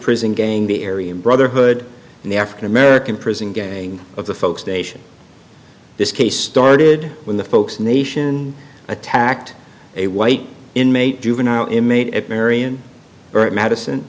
prison gang the area and brotherhood and the african american prison gang of the folks station this case started when the folks nation attacked a white inmate juvenile inmate at marion barry madison